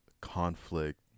conflict